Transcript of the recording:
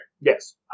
Yes